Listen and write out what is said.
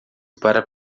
para